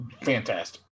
fantastic